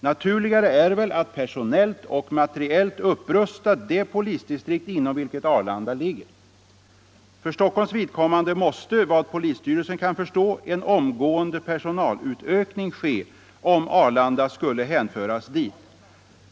Naturligare är väl att personellt och materiellt upprusta det polisdistrikt inom vilket Arlanda ligger. För Stockholms vidkommande måste, vad polisstyrelsen kan förstå, en omgående personalutökning ske, om Arlanda skulle hänföras dit.